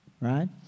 right